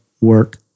work